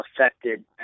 affected